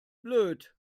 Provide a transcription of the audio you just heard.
blöd